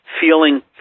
feeling